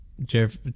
Jeff